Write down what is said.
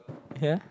ya